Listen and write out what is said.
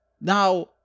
Now